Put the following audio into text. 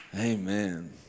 Amen